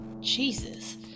Jesus